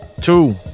two